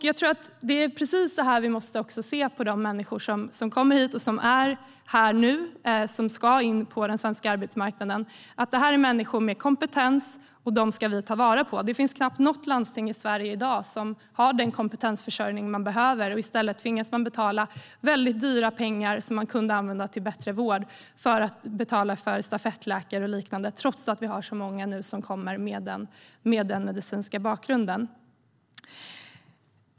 Jag tror att det är precis så här vi måste se på de människor som kommer hit och på dem som är här nu och ska in på den svenska arbetsmarknaden. Det här är människor med kompetens, och dem ska vi ta vara på. Det finns knappt något landsting i Sverige i dag som har den kompetensförsörjning man behöver. I stället tvingas man betala dyra pengar för stafettläkare och liknande som man kunde ha använt till bättre vård - trots att vi nu har så många som kommer med denna medicinska bakgrund.